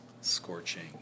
scorching